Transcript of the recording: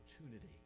opportunity